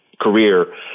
career